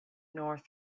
north